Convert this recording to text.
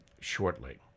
shortly